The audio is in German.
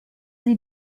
sie